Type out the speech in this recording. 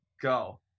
go